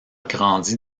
grandi